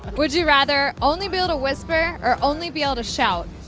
would you rather only be able to whisper or only be able to shout?